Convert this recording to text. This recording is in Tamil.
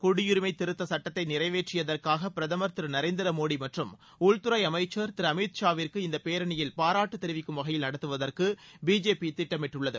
குடியரிமை திருத்த சட்டத்தை நிறைவேற்றியதற்காக பிரதமர் திரு நரேந்திர மோடி மற்றும் உள்துறை அமைச்சர் திரு அமித் ஷாவிற்கு இந்த பேரணியில் பாராட்டு தெரிவிக்கும் வகையில் நடத்துவதற்கு பிஜேபி திட்டமிட்டுள்ளது